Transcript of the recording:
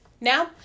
Now